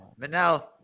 Manel